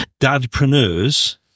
dadpreneurs